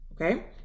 okay